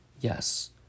yes